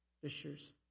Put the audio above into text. Fishers